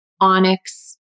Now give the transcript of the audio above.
onyx